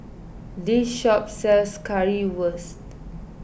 this shop sells Currywurst